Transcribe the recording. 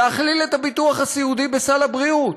להכליל את הביטוח הסיעודי בסל הבריאות,